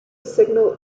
signal